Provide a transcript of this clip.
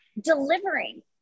delivering